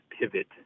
pivot